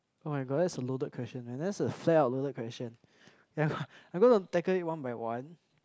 oh-my-god that is a loaded question man that is a fair up loaded question I am going to tackle it one by one